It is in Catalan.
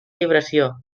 vibració